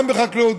גם בחקלאות,